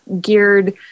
geared